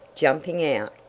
jumping out,